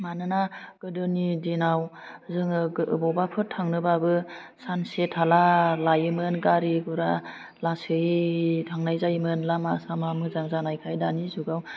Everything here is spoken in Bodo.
मानोना गोदोनि दिनाव जोङो अबावबाफोर थांनोबाबो सानसे थाला लायोमोन गारि गुरा लासै थांनाय जायोमोन लामा सामा मोजां जानायखाय दानि जुगाव